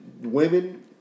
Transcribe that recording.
women